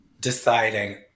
deciding